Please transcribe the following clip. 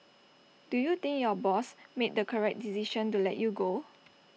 do you think your boss made the correct decision to let you go